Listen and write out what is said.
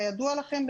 כידוע לכם,